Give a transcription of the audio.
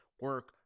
Work